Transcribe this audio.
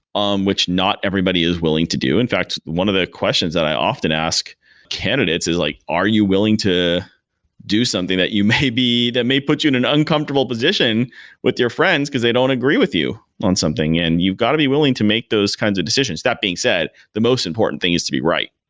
um which not everybody is willing to do. in fact, one of the questions that i often ask candidates is like, are you willing to do something that you may be that may put you in an uncomfortable position with your friends because they don't agree with you on something, and you've got to be willing to make those kinds of decisions. that being said, the most important thing is to be right